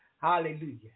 Hallelujah